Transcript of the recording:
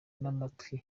n’amatwi